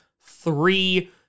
three